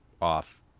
off